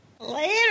Later